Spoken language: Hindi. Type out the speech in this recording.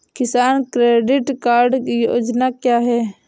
किसान क्रेडिट कार्ड योजना क्या है?